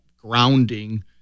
grounding